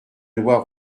loi